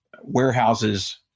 warehouses